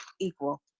equal